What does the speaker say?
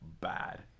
bad